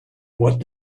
what